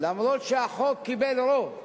אף שהצעת החוק קיבלה רוב,